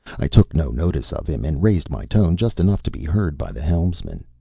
i took no notice of him and raised my tone just enough to be heard by the helmsman.